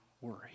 worry